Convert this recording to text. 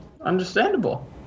Understandable